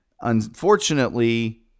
unfortunately